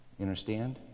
understand